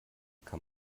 kann